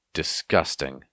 disgusting